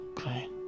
Okay